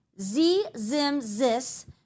Z-Zim-Zis